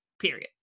period